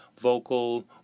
vocal